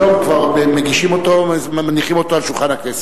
היום כבר מניחים אותו על שולחן הכנסת.